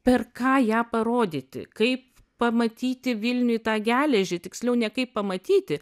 per ką ją parodyti kaip pamatyti vilniuj tą geležį tiksliau ne kaip pamatyti